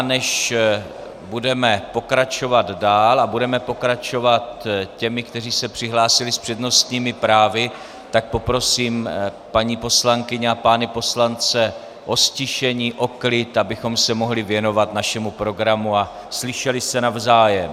Než budeme pokračovat dál, a budeme pokračovat těmi, kteří se přihlásili s přednostními právy, poprosím paní poslankyně a pány poslance o ztišení, o klid, abychom se mohli věnovat našemu programu a slyšeli se navzájem.